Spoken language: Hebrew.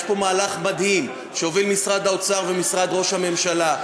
יש פה מהלך מדהים שהובילו משרד האוצר ומשרד ראש הממשלה,